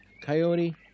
Coyote